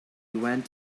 went